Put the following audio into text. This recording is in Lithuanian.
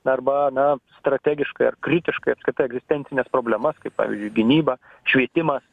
arba na strategiškai ar kritiškai apskritai egzistencines problemas kaip pavyzdžiui gynyba švietimas